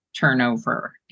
turnover